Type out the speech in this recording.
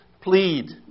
plead